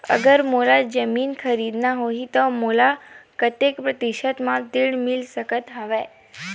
अगर मोला जमीन खरीदना होही त मोला कतेक प्रतिशत म ऋण मिल सकत हवय?